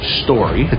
story